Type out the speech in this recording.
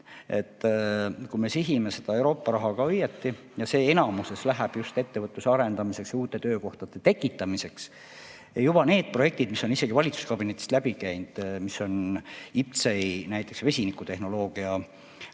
Kui me sihime seda Euroopa raha õigesti, siis see enamasti läheb just ettevõtluse arendamiseks ja uute töökohtade tekitamiseks. Juba need projektid, mis on isegi valitsuskabinetist läbi käinud, mis on näiteks IPCEI vesinikutehnoloogia